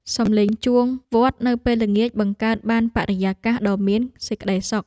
សំឡេងជួងវត្តនៅពេលល្ងាច បង្កើតបានជាបរិយាកាសដ៏មានសេចក្តីសុខ។